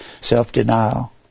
self-denial